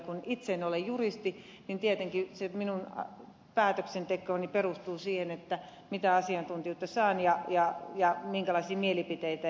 kun itse en ole juristi niin tietenkin se minun päätöksentekoni perustuu siihen mitä asiantuntijoita ja minkälaisia mielipiteitä saan